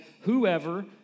whoever